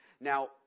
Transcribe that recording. Now